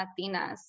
Latinas